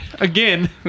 Again